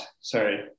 sorry